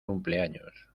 cumpleaños